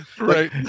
Right